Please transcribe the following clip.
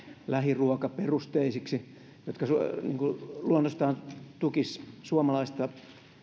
lähiruokaperusteisiksi mikä luonnostaan tukisi suomalaista